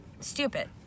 stupid